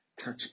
Touch